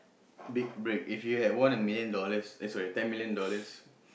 big break if you had won a million dollars eh sorry ten million dollars